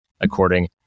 according